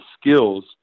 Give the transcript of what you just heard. skills